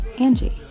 Angie